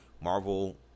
marvel